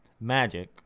magic